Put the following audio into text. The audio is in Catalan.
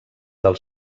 del